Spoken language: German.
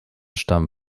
stammen